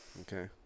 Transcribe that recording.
Okay